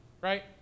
right